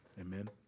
Amen